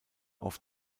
auf